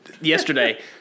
yesterday